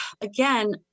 again